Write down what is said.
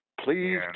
Please